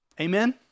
Amen